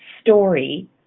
story